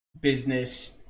business